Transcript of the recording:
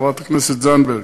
חברת הכנסת זנדברג.